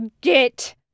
get